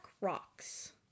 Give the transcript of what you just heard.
rocks